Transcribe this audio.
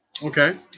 Okay